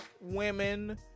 women